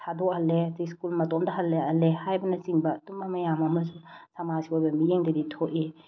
ꯊꯥꯗꯣꯛꯍꯜꯂꯦ ꯑꯗꯩ ꯁ꯭ꯀꯨꯜ ꯃꯇꯣꯝꯗ ꯍꯜꯂꯛꯍꯜꯂꯦ ꯍꯥꯏꯕꯅꯆꯤꯡꯕ ꯑꯗꯨꯝꯕ ꯃꯌꯥꯝ ꯑꯃꯁꯨ ꯁꯃꯥꯖꯀꯤ ꯑꯣꯏꯕ ꯃꯤꯠꯌꯦꯡꯗꯗꯤ ꯊꯣꯛꯏ